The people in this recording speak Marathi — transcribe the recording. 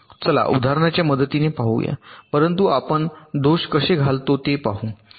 चला उदाहरणाच्या मदतीने पाहूया परंतु आपण दोष कसे घालतो ते पाहू